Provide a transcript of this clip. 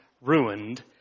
ruined